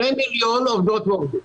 שני מיליון עובדות ועובדים.